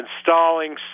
installing